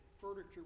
furniture